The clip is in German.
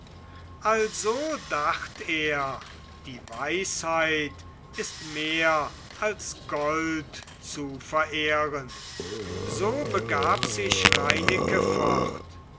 also dacht er die weisheit ist mehr als gold zu verehren so begab sich reineke fort